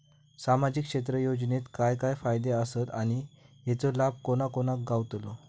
सामजिक क्षेत्र योजनेत काय काय फायदे आसत आणि हेचो लाभ कोणा कोणाक गावतलो?